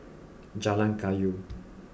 Jalan Kayu